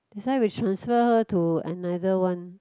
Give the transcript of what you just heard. that's why we transfer her to another one